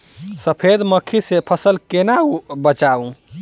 सफेद मक्खी सँ फसल केना बचाऊ?